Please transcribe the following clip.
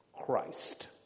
Christ